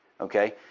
Okay